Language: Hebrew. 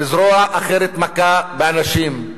וזרוע אחרת מכה באנשים.